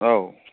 औ